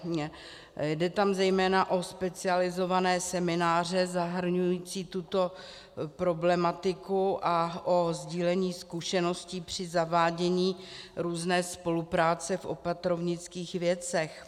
Jde tam zejména o specializované semináře zahrnující tuto problematiku a o sdílení zkušeností při zavádění různé spolupráce v opatrovnických věcech.